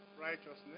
righteousness